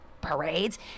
parades